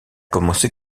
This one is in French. commencé